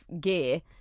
gear